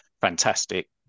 Fantastic